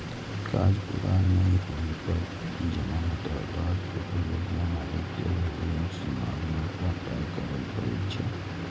काज पूरा नै होइ पर जमानतदार कें परियोजना मालिक कें भेल नुकसानक भरपाइ करय पड़ै छै